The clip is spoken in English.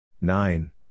nine